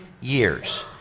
years